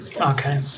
Okay